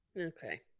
Okay